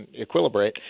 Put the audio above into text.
equilibrate